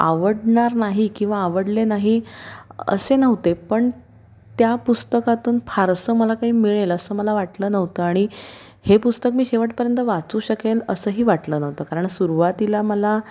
आवडणार नाही किंवा आवडले नाही असे नव्हते पण त्या पुस्तकातून फारसं मला काही मिळेल असं मला वाटलं नव्हतं आणि हे पुस्तक मी शेवटपर्यंत वाचू शकेल असंही वाटलं नव्हतं कारण सुरुवातीला मला